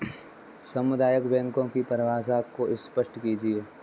सामुदायिक बैंकों की परिभाषा को स्पष्ट कीजिए?